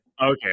Okay